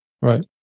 right